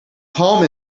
palm